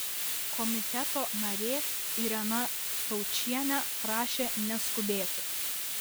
komiteto narė irena taučienė prašė neskubėti